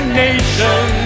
nation